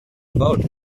about